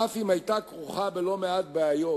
אף שהיתה כרוכה בלא-מעט בעיות,